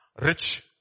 Rich